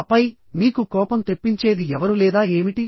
ఆపై మీకు కోపం తెప్పించేది ఎవరు లేదా ఏమిటి